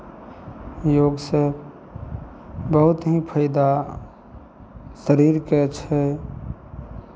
योगसँ बहुत ही फाइदा शरीरकेँ छै